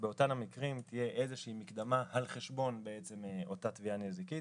באותם מקרים תהיה איזושהי מקדמה על חשבון אותה תביעה נזיקית.